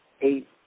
eight